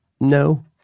no